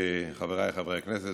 חבריי חברי הכנסת,